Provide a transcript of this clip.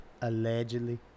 allegedly